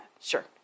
Sure